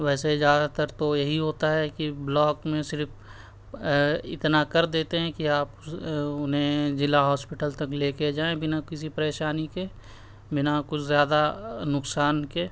ویسے زیادہ تر تو یہی ہوتا ہے کہ بلاک میں صرف اتنا کر دیتے ہیں کہ آپ انہیں ضلع ہوسپٹل تک لے کے جائیں بنا کسی پریشانی کے بنا کچھ زیادہ نقصان کے